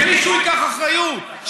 שמישהו ייקח אחריות.